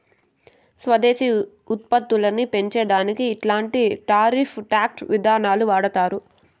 స్వదేశీ ఉత్పత్తులని పెంచే దానికి ఇట్లాంటి టారిఫ్ టాక్స్ విధానాలు వాడతారు